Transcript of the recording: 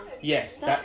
Yes